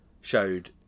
showed